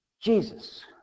Jesus